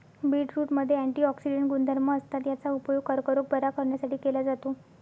बीटरूटमध्ये अँटिऑक्सिडेंट गुणधर्म असतात, याचा उपयोग कर्करोग बरा करण्यासाठी केला जातो